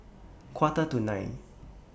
Quarter to nine